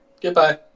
Goodbye